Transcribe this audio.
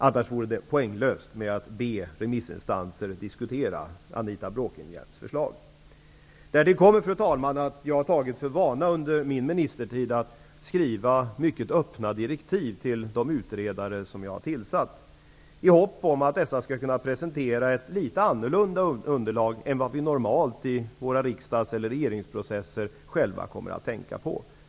Annars vore det poänglöst att be remissinstanser att diskutera Anita Bråkenhielms förslag. Fru talman! Därtill har jag under min ministertid tagit för vana att skriva mycket öppna direktiv till de utredare som jag har tillsatt, i hopp om att dessa skall kunna presentera ett litet annorlunda underlag än vad som är normalt att vi själva under riksdags eller regeringsprocesserna kommer att tänka på.